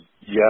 yes